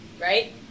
Right